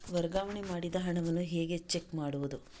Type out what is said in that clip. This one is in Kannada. ವರ್ಗಾವಣೆ ಮಾಡಿದ ಹಣವನ್ನು ಹೇಗೆ ಚೆಕ್ ಮಾಡುವುದು?